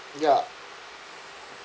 ya